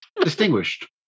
Distinguished